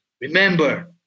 Remember